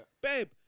Babe